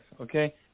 Okay